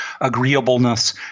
agreeableness